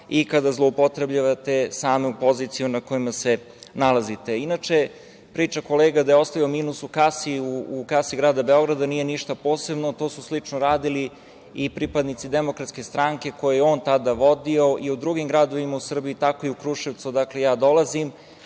i kada zloupotrebljavate same pozicije na kojima se nalazite. Inače, priča kolega da je ostavio minus u kasi grada Beograda nije ništa posebno. To su slično radili i pripadnici DS koju je on tada vodio i u drugim gradovima u Srbiji, tako i u Kruševcu odakle i ja dolazim,